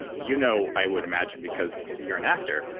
ah you know, i would imagine because you're an actor,